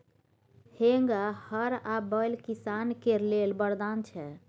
हेंगा, हर आ बैल किसान केर लेल बरदान छै